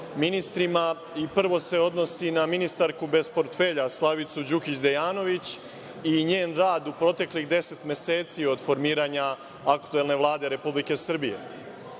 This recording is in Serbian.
i prvo se odnosi na ministarku bez portfelja Slavicu Đukić Dejanović i njen rad u proteklih 10 meseci od formiranja aktuelne Vlade Republike Srbije. Naime,